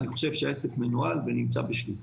אני חושב שהעסק מנוהל ונמצא בשליטה.